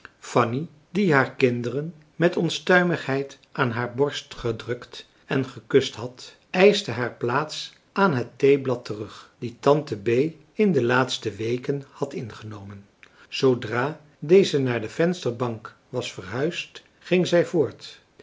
fanny die haar kinderen met onstuimigheid aan haar borst gedrukt en gekust had eischte haar plaats aan het theeblad terug die tante bee in de laatste weken had ingenomen zoodra deze naar de vensterbank was verhuisd ging zij voort